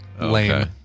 Lame